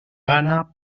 gana